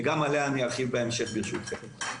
וגם עליה ארחיב בהמשך ברשותכם.